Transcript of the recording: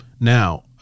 now